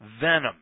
venom